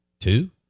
Two